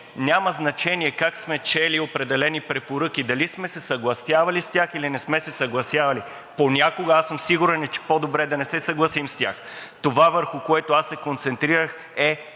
няма значение как сме чели определени препоръки – дали сме се съгласявали с тях, или не сме се съгласявали. Понякога аз съм сигурен, че е по-добре да не се съгласим с тях. Това, върху което аз се концентрирах, е